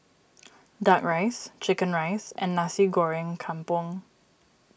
Duck Rice Chicken Rice and Nasi Goreng Kampung